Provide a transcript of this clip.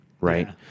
Right